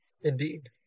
Indeed